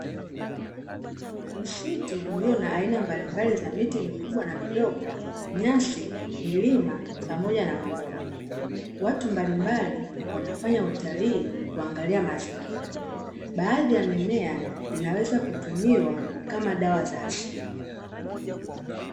Msitu ulio na aina mbalimbali za miti mikubwa na midogo, nyasi, milima pamoja na mabonde. Watu mbalimbali wanafanya utalii kuangalia mazingira. Baadhi ya mimea inaweza kutumiwa kama dawa za asili.